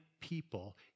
people